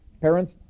Parents